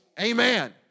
Amen